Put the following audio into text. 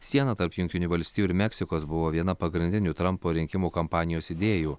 siena tarp jungtinių valstijų ir meksikos buvo viena pagrindinių trampo rinkimų kampanijos idėjų